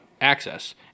access